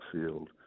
field